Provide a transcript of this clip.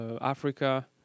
Africa